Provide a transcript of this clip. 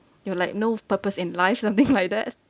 you're like no purpose in life something like that